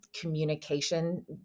communication